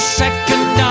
second